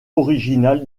originale